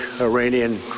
Iranian